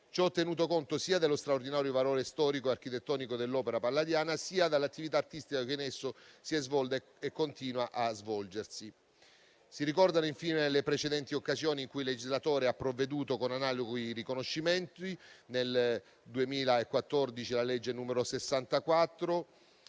ciò tenuto conto sia dello straordinario valore storico e architettonico dell'opera palladiana, sia dall'attività artistica che in esso si è svolta e continua a svolgersi. Si ricordano, infine, le precedenti occasioni in cui il legislatore ha provveduto con analoghi riconoscimenti: la legge n. 64